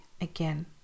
again